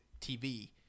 TV